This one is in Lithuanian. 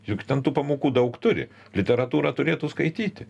juk ten tų pamokų daug turi literatūrą turėtų skaityti